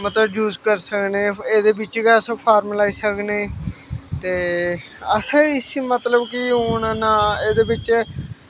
मतलब यूज करी सकनें एह्दे बिच्च गै अस फार्म लाई सकनें ते असें इसी मतलब कि हून ना एह्दे बिच्च